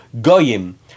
goyim